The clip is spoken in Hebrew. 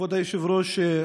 כבוד היושב-ראש,